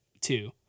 two